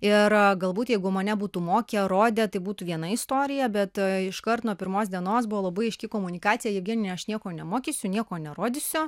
ir galbūt jeigu mane būtų mokę rodę tai būtų viena istorija bet iškart nuo pirmos dienos buvo labai aiški komunikacija jevgenija aš nieko nemokysiu nieko nerodysiu